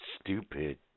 stupid